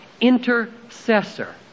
intercessor